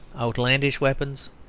outlandish weapons,